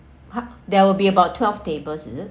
how there will be about twelve tables is it